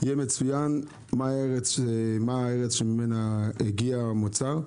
יהיה מצוין מה הארץ שממנה הגיע המוצר.